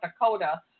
Dakota